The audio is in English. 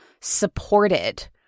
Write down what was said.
supported